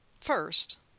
First